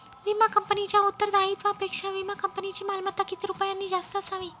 विमा कंपनीच्या उत्तरदायित्वापेक्षा विमा कंपनीची मालमत्ता किती रुपयांनी जास्त असावी?